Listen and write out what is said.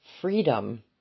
freedom